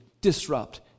disrupt